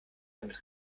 damit